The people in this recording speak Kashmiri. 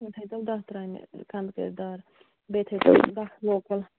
یِم تھٲیِتَو داہ ترامہِ کَنٛدٕکٔر دار بیٚیہِ تھٲیِتَو دہ لوکَل